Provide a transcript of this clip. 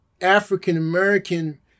African-American